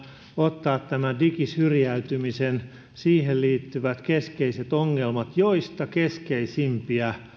ottaa digisyrjäytymisen ja siihen liittyvät keskeiset ongelmat joista keskeisimpiä